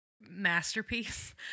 Masterpiece